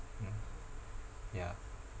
mm yeah